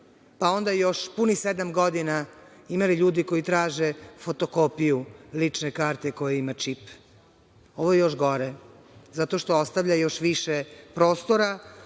pa onda još punih sedam godina imali ljudi koji traže fotokopiju lične karte koja ima čip. Ovo je još gore, zato što ostavlja još više prostora